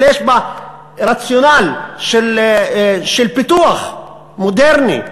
אלא יש בה רציונל של פיתוח מודרני,